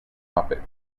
muppet